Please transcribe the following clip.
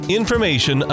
information